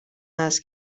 است